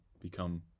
become